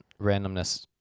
randomness